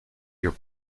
your